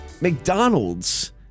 McDonald's